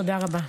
תודה רבה.